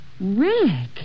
Rick